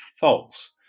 false